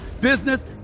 business